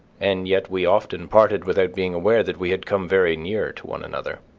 and yet we often parted without being aware that we had come very near to one another.